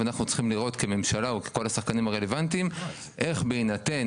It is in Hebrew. ואנחנו צריכים לראות כממשלה או ככל השחקנים הרלוונטיים איך בהינתן